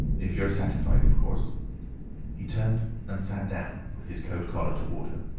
if you're satisfied, of course he turned and sat down, with his coat-collar toward her.